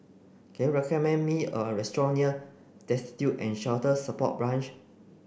can you recommend me a restaurant near Destitute and Shelter Support Branch